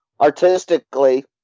artistically